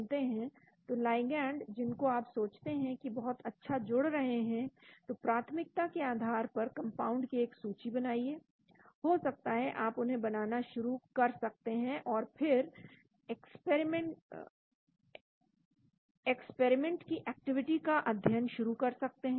तो लाइगैंड जिनको आप सोचते हैं कि बहुत अच्छा जुड़ रहे हैं तो प्राथमिकता के आधार पर कंपाउंड की एक सूची बनाइए हो सकता है आप उन्हें बनाना शुरू कर सकते हैं और फिर एक्सपेरिमेंट की एक्टिविटी का अध्ययन शुरू कर सकते हैं